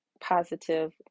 positive